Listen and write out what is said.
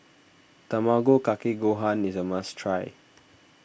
Tamago Kake Gohan is a must try